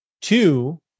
Two